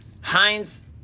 Heinz